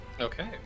Okay